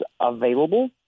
available